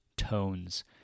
tones